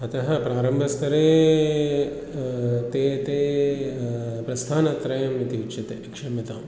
अतः प्रारम्भस्तरे ते ते प्रस्थानत्रयम् इति उच्यते क्षम्यताम्